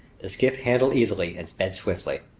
the skiff handled easily and sped swiftly.